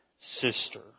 sister